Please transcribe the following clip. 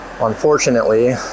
unfortunately